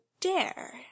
dare